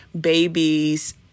babies